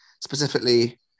specifically